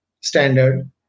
standard